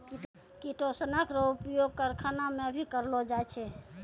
किटोसनक रो उपयोग करखाना मे भी करलो जाय छै